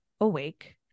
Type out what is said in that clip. awake